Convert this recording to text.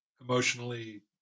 emotionally